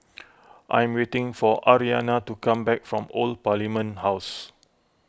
I'm waiting for Aryanna to come back from Old Parliament House